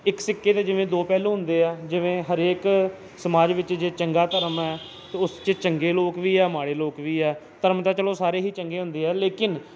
ਇੱਕ ਸਿੱਕੇ ਦੇ ਜਿਵੇਂ ਦੋ ਪਹਿਲੂ ਹੁੰਦੇ ਆ ਜਿਵੇਂ ਹਰੇਕ ਸਮਾਜ ਵਿੱਚ ਜੇ ਚੰਗਾ ਧਰਮ ਹੈ ਅਤੇ ਉਸ 'ਚ ਚੰਗੇ ਲੋਕ ਵੀ ਆ ਮਾੜੇ ਲੋਕ ਵੀ ਆ ਧਰਮ ਤਾਂ ਚਲੋ ਸਾਰੇ ਹੀ ਚੰਗੇ ਹੁੰਦੇ ਆ ਲੇਕਿਨ